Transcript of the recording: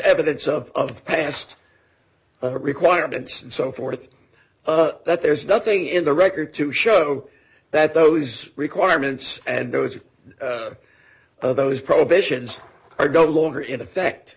evidence of past requirements and so forth that there's nothing in the record to show that those requirements and those of those prohibitions are no longer in effect